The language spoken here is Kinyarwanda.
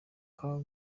ari